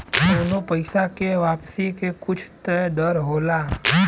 कउनो पइसा के वापसी के कुछ तय दर होला